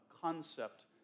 concept